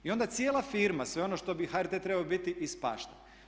I onda cijela firma, sve ono što bi HRT trebao biti ispašta.